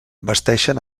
vesteixen